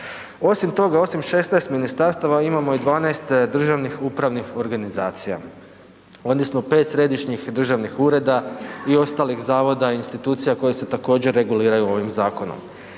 Osim toga, osim 16 ministarstava, imamo i 12 državnih upravnih organizacija odnosno 5 središnjih državnih ureda i ostalih zavoda i institucija koje se također reguliraju ovim zakonom.